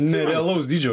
nerealaus dydžio